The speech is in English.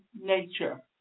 nature